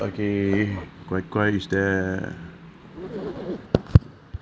okay guai guai is there